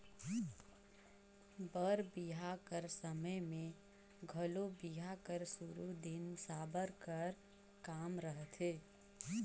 बर बिहा कर समे मे घलो बिहा कर सुरू दिन साबर कर काम रहथे